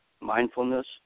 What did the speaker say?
mindfulness